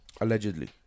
allegedly